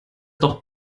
doch